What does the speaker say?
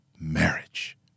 Marriage